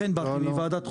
לכן באתי מוועדת חוקה,